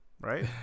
Right